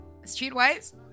Streetwise